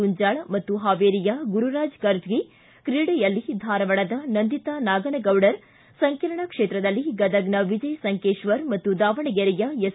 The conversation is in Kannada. ಗುಂಜಾಳ ಮತ್ತು ಪಾವೇರಿಯ ಗುರುರಾಜ ಕರಜಗಿ ಕ್ರೀಡೆಯಲ್ಲಿ ಧಾರವಾಡದ ನಂದಿತ ನಾಗನಗೌಡರ್ ಸಂಕೀರ್ಣ ಕ್ಷೇತ್ರದಲ್ಲಿ ಗದಗ್ನ ವಿಜಯ ಸಂಕೇಶ್ವರ್ ಮತ್ತು ದಾವಣಗೆರೆಯ ಎಸ್